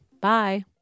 Bye